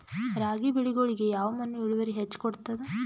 ರಾಗಿ ಬೆಳಿಗೊಳಿಗಿ ಯಾವ ಮಣ್ಣು ಇಳುವರಿ ಹೆಚ್ ಕೊಡ್ತದ?